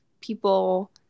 people